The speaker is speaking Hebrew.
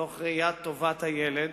תוך ראיית טובת הילד